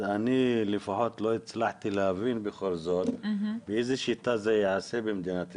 אני לפחות לא הצלחתי להבין בכל זאת באיזה שיטה זה ייעשה במדינת ישראל.